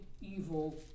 evil